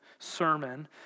sermon